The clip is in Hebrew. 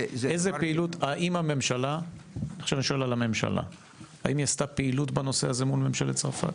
זה --- האם הממשלה עשתה פעילות בנושא הזה מול ממשלת צרפת?